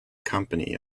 company